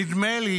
נדמה לי